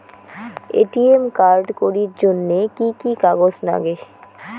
ATM card করির জন্যে কি কি কাগজ নাগে?